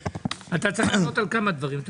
אתה צריך לענות על כמה דברים.